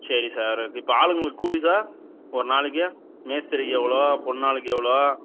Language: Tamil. சரி சார் இப் இப்போ ஆளுங்களுக்கு கூலி சார் ஒரு நாளைக்கு மேஸ்திரிக்கு எவ்வளோ பொண்ணாளுக்கு எவ்வளோ